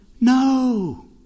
No